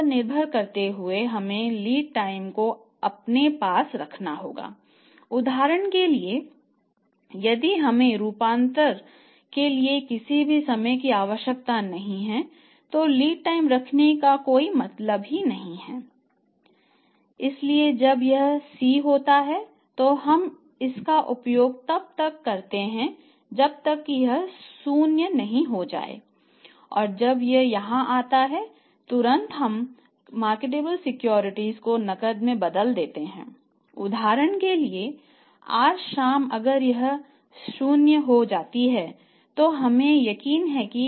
इसलिए जब यह C होता है तो हम इसका उपयोग तब तक करते रहते हैं जब तक कि यह शून्य न हो जाए जब यह यहाँ आता है तुरंत हम मार्केटेबल सिक्योरिटीज की जरूरत नहीं है